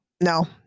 No